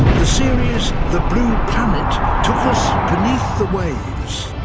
the series the blue planet took us beneath the waves.